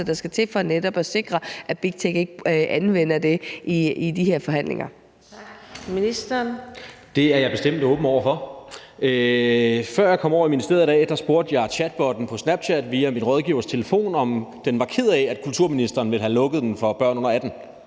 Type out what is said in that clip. Tak. Ministeren. Kl. 19:56 Kulturministeren (Jakob Engel-Schmidt): Det er jeg bestemt åben over for. Før jeg kom over i ministeriet i dag, spurgte jeg chatbotten på Snapchat via min rådgivers telefon, om den var ked af, at kulturministeren ville have lukket den for børn under 18